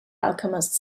alchemist